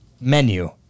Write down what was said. menu